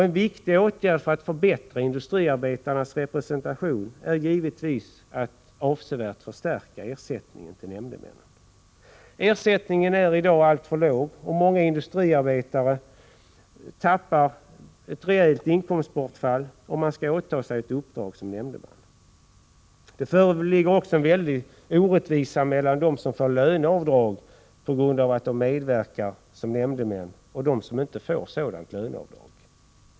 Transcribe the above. En viktig åtgärd för att förbättra industriarbetarnas representation är givetvis att avsevärt förstärka ersättningen till nämndemännen. Ersättningen är i dag alltför låg, och många industriarbetare drabbas av ett rejält inkomstbortfall om de skall åta sig ett uppdrag som nämndeman. Det föreligger också en väldig orättvisa mellan dem som får löneavdrag på grund av att de medverkar som nämndemän och dem som inte får sådant löneavdrag.